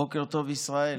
בוקר טוב ישראל,